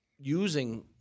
using